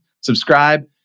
Subscribe